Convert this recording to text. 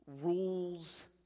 rules